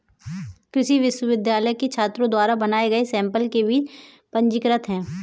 कृषि विश्वविद्यालय के छात्रों द्वारा बनाए गए सैंपल के बीज पंजीकृत हैं